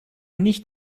nicht